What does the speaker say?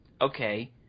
okay